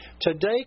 Today